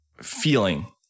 feeling